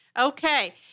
Okay